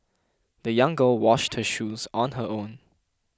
the young girl washed her shoes on her own